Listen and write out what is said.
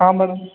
ಹಾಂ ಮೇಡಮ್